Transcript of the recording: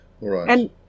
Right